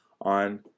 on